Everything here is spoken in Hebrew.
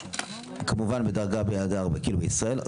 כמובן בדרגה עד 4 בישראל,